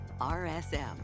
RSM